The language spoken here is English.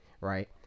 right